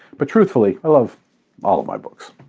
but, truthfully, i love all of my books.